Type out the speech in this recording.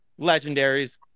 legendaries